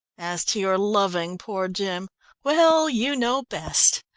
as to your loving poor jim well, you know best.